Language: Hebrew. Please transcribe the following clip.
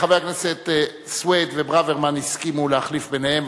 חברי הכנסת סוייד וברוורמן הסכימו להחליף ביניהם,